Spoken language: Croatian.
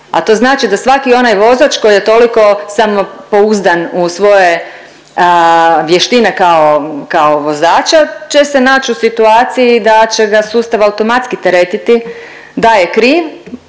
a to znači da svaki onaj vozač koji je toliko samopouzdan u svoje vještine kao, kao vozač će se nać u situaciji da će ga sustav automatski teretiti da je kriv